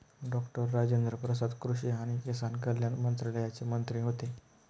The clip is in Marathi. डॉक्टर राजेन्द्र प्रसाद कृषी आणि किसान कल्याण मंत्रालयाचे मंत्री होते